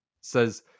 says